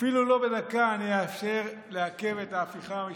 אפילו לא בדקה אני אאפשר לעכב את ההפיכה המשפטית,